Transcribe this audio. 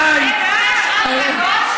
מי קבע את מעמדו?